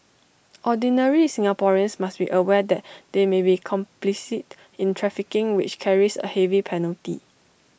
ordinary Singaporeans must be aware that they may be complicit in trafficking which carries A heavy penalty